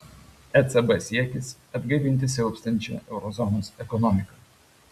ecb siekis atgaivinti silpstančią euro zonos ekonomiką